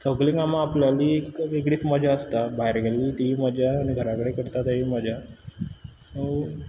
सगळीं कामां आपल्याली वेगळीच मजा आसता भायर गेल्यार तीय मजा आनी घरा कडेन केल्यार तेंय मजा सो